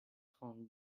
trente